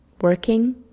working